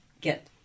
get